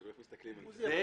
תלוי איך מסתכלים על זה.